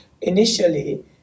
initially